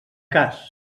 cas